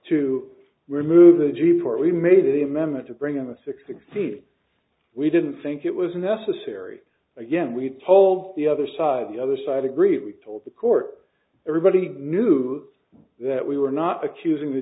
to remove the report we made a amendment to bring in the sixty's we didn't think it was necessary again we told the other side the other side agree we told the court everybody knew that we were not accusing the